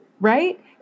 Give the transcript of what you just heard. Right